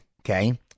Okay